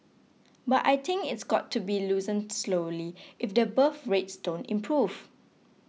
but I think it's got to be loosened slowly if the birth rates don't improve